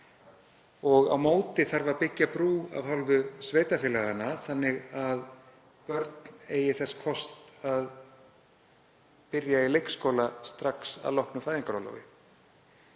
Á móti þarf að byggja brú af hálfu sveitarfélaganna þannig að börn eigi þess kost að byrja í leikskóla strax að loknu fæðingarorlofi.